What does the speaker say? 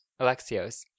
Alexios